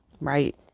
Right